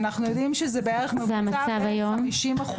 והמצב היום?